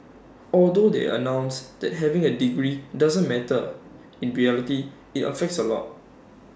although they announced that having A degree doesn't matter in reality IT affects A lot